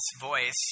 voice